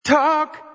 Talk